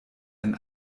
ein